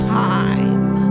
time